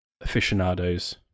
aficionados